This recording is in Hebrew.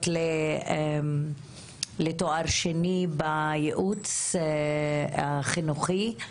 לתואר שני בייעוץ חינוכי.